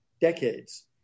decades